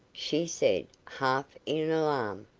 she said, half in alarm.